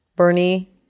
Bernie